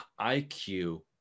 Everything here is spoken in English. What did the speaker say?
IQ